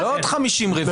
זה לא עוד 50 רוויזיות,